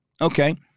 Okay